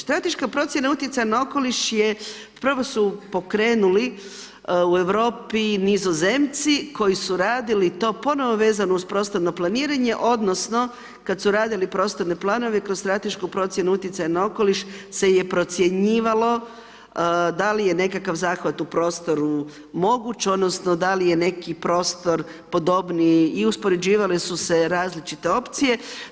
Strateška procjena utjecaja na okoliš je, prvo su pokrenuli u Europi Nizozemci, koji su radili to, ponovno vezano uz prostorno planiranje, odnosno, kada su radili prostorne planove kroz stratešku procjenu utjecaja na okoliš se je procjenjivalo da li je nekakav zahvat u prostoru moguć, odnosno, da li je neki prostor podobniji i uspoređivali su se različite opcije.